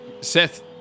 Seth